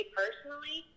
personally